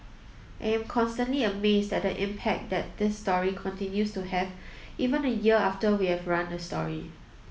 I am constantly amazed at the impact that this story continues to have even a year after we have run the story